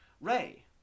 Ray